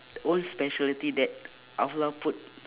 own specialty that allah put